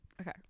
Okay